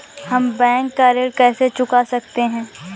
हम बैंक का ऋण कैसे चुका सकते हैं?